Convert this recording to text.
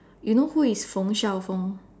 you know who is Feng-Shao-Feng